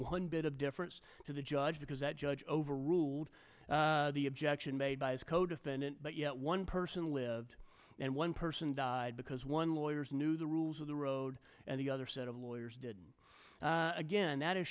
one bit of difference to the judge because that judge overruled the objection made by his codefendant but yet one person lived and one person died because one lawyers knew the rules of the road and the other set of lawyers did again that is